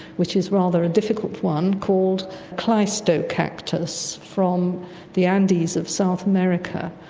which is rather a difficult one, called cleistocactus from the andes of south america.